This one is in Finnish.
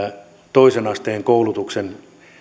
toisen asteen koulutuksen